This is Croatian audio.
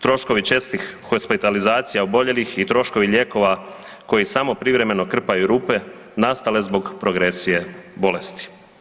Troškovi čestih hospitalizacija oboljelih i troškovi lijekova koji samo privremeno krpaju rupe, nastale zbog progresije bolesti.